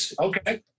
okay